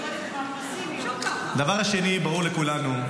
הדבר השני ברור לכולנו.